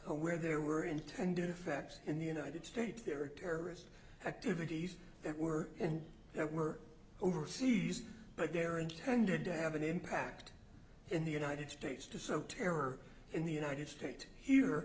morning where there were intended effects in the united states there are terrorist activities that were and that were overseas but they're intended to have an impact in the united states to sow terror in the united states here